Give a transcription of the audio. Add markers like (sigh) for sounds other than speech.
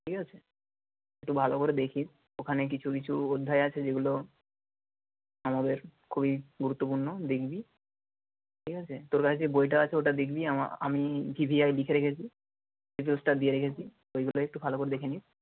ঠিক আছে একটু ভালো করে দেখিস ওখানে কিছু কিছু অধ্যায় আছে যেগুলো আমাদের খুবই গুরুত্বপূর্ণ দেখবি ঠিক আছে তোর কাছে যে বইটা আছে ওটা দেখবি আমি ভি ভি আই লিখে রেখেছি (unintelligible) দিয়ে রেখেছি ওই গুলোই একটু ভালো করে দেখে নিস